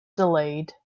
delayed